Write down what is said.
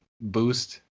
boost